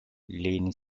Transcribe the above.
lane